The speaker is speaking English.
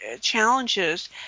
challenges